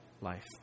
life